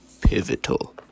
Pivotal